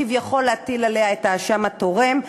כביכול להטיל עליה את האשם התורם,